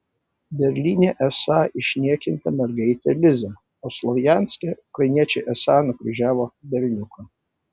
berlyne esą išniekinta mergaitė liza o slovjanske ukrainiečiai esą nukryžiavo berniuką